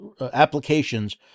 applications